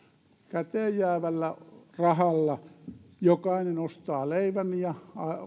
käteenjäävällä rahalla jokainen ostaa leivän ja